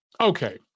Okay